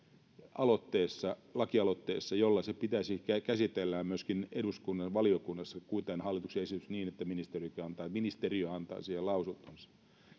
lakialoitteessa jolloin se pitäisi käsitellä myöskin eduskunnan valiokunnassa kuten hallituksen esitys niin että ministeriö antaa siitä lausuntonsa